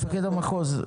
המחוז,